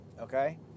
okay